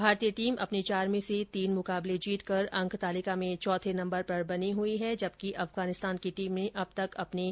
भारतीय टीम अपने चार में से तीन मुकाबले जीतकर अंक तालिका में चौथे नम्बर पर बनी हुई है जबकि अफगानिस्तान की टीम ने अब तक अपने सभी पांचो मुकाबले हारे है